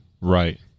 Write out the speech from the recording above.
Right